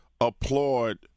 applaud